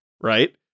Right